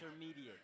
Intermediate